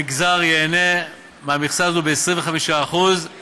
המגזר ייהנה מ-25% מהמכסה הזאת,